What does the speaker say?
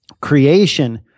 creation